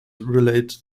relate